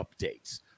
updates